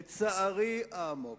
לצערי העמוק,